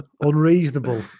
Unreasonable